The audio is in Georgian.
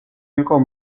იყო